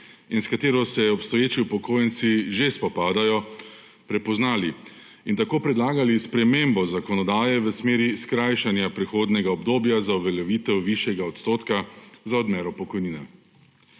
in s katero se obstoječi upokojenci že spopadajo, prepoznali in tako predlagali spremembo zakonodaje v smeri skrajšanja prehodnega obdobja za uveljavitev višjega odstotka za odmero pokojnine.